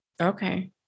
Okay